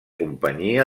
companyia